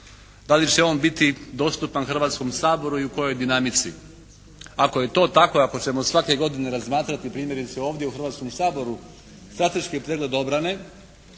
da li će on biti dostupan Hrvatskom saboru i u kojoj dinamici. Ako je to tako, ako ćemo svake godine razmatrati, primjerice ovdje u Hrvatskom saboru strateški pregled obrane